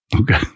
Okay